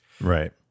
Right